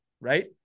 right